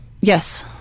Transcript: Yes